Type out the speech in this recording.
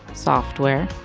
software,